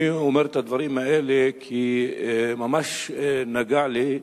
אני אומר את הדברים האלה כי ממש נגע לי.